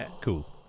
Cool